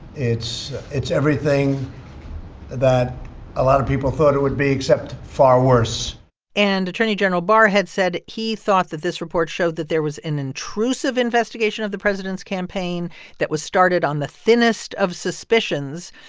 it's it's everything that a lot of people thought it would be except far worse and attorney general barr had said he thought that this report showed that there was an intrusive investigation of the president's campaign that was started on the thinnest of suspicions.